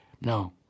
No